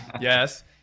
yes